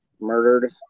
murdered